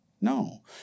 No